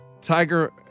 Tiger